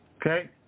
Okay